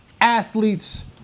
athletes